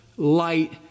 light